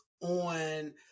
on